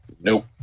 Nope